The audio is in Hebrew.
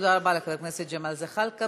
תודה רבה לחבר הכנסת ג'מאל זחאלקה.